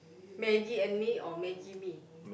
Maggi and me or maggi mee